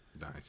Nice